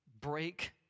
break